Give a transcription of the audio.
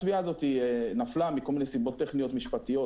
התביעה הזאת נפלה מכל מיני סיבות טכניות משפטיות,